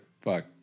fuck